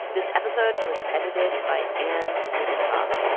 this episode was edited by anne gudenkauf